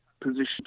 position